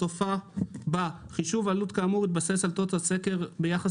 בסופה בא "חישוב עלות כאמור יתבסס על תוצאות הסקר ביחס